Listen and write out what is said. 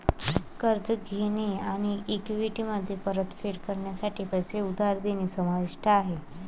कर्ज घेणे आणि इक्विटीमध्ये परतफेड करण्यासाठी पैसे उधार घेणे समाविष्ट आहे